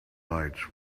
lights